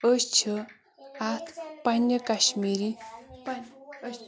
أسۍ چھِ اَتھ پنٛنہِ کَشمیٖری